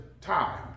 time